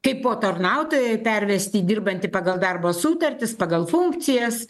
kaipo tarnautoją pervest į dirbantį pagal darbo sutartis pagal funkcijas